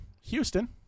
houston